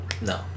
no